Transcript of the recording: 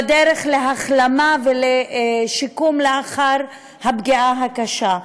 בדרך להחלמה ולשיקום לאחר הפגיעה הקשה.